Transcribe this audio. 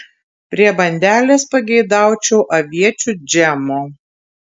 prie bandelės pageidaučiau aviečių džemo